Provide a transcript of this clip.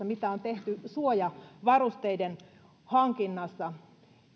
mitä on tehty suojavarusteiden hankinnassa